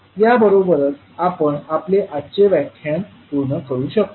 याबरोबरच आपण आपले आजचे व्याख्यान पूर्ण करू शकतो